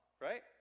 right